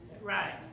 Right